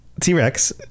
T-Rex